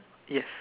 yes